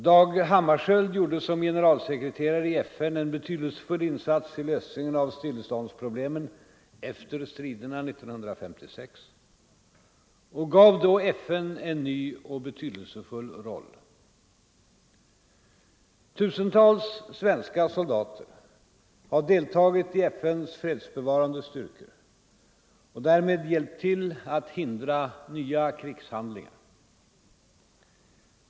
Dag Hammarskjöld gjorde som generalsekreterare i FN en betydelsefull insats i lösningen av stilleståndsproblemen efter striderna 1956 och gav då FN en ny och betydelsefull roll. Tusentals svenska soldater har deltagit i FN:s fredsbevarande styrkor och därmed hjälpt till att hindra nya krigshandlingar.